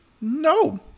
No